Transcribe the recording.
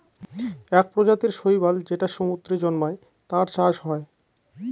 এক প্রজাতির শৈবাল যেটা সমুদ্রে জন্মায়, তার চাষ হয়